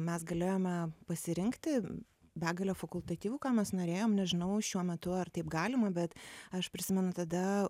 mes galėjome pasirinkti begalę fakultatyvų ką mes norėjom nežinau šiuo metu ar taip galima bet aš prisimenu tada